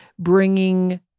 bringing